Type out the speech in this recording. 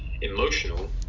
emotional